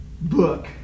book